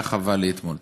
היה חבל לי אתמול.